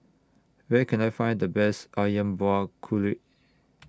Where Can I Find The Best Ayam Buah Keluak